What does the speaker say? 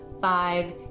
five